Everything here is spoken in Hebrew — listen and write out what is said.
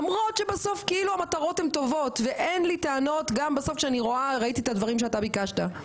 למרות שבסוף המטרות טובות ואין לי טענות ראיתי את הדברים שאתה ביקשת.